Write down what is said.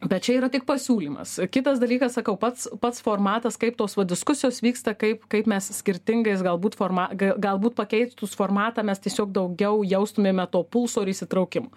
bet čia yra tik pasiūlymas kitas dalykas sakau pats pats formatas kaip tos diskusijos vyksta kaip kaip mes skirtingais galbūt forma ga galbūt pakeitus formatą mes tiesiog daugiau jaustumėme to pulso ir įsitraukimo